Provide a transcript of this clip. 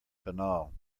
banal